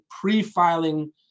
pre-filing